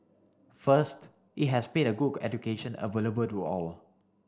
first it has made a good education available to all